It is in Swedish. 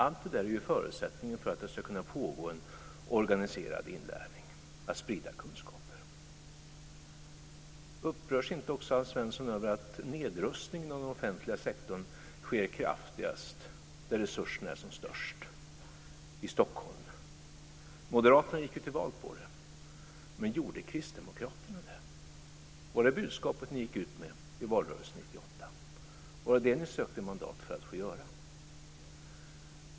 Allt detta är förutsättningen för att det ska kunna pågå en organiserad inlärning, att man ska kunna sprida kunskaper. Upprörs inte också Alf Svensson över att nedrustningen av den offentliga sektorn är kraftigast där resurserna är som störst, i Stockholm? Moderaterna gick till val på det. Men gjorde kristdemokraterna det? Var det budskapet ni gick ut med i valrörelsen 1998? Var det vad ni sökte mandat att göra?